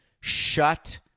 shut